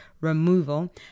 removal